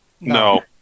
No